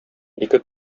ике